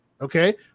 okay